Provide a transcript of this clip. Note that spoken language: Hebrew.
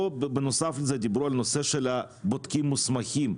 בנוסף לזה דיברו על הנושא של בודקים מוסכמים,